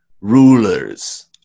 rulers